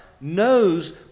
knows